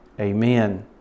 amen